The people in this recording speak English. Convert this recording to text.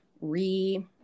re